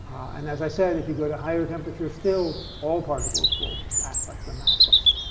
and as i said, if you go to higher temperatures still, all particles will act like they're massless.